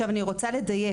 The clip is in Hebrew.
אני רוצה לדייק,